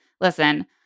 Listen